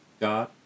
God